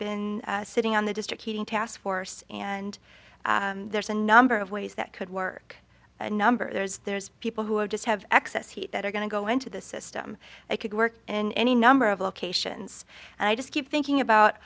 been sitting on the district heating task force and there's a number of ways that could work a number there's there's people who just have excess heat that are going to go into the system they could work in any number of locations and i just keep thinking about